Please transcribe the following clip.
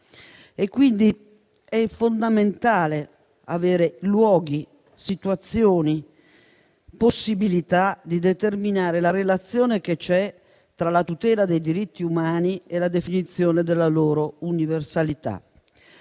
È quindi fondamentale avere luoghi, situazioni e possibilità di determinare la relazione che c'è tra la tutela dei diritti umani e la definizione della loro universalità.